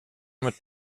mit